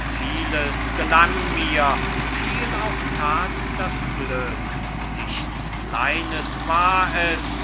vieles gelang mir viel auch that das glück nichts kleines war es